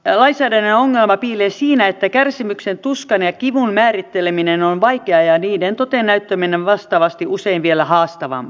nykyisen lainsäädännön ongelma piilee siinä että kärsimyksen tuskan ja kivun määritteleminen on vaikeaa ja niiden toteennäyttäminen vastaavasti usein vielä haastavampaa